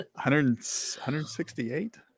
168